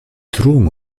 drohung